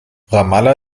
ramallah